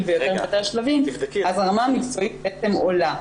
ביותר ויותר שלבים אז הרמה המקצועית בעצם עולה.